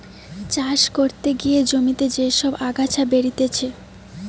চাষ করতে গিয়ে জমিতে যে সব আগাছা বেরতিছে